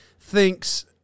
thinks